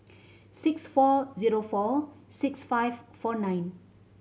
six four zero four six five four nine